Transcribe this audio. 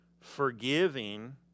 forgiving